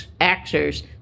actors